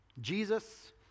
Jesus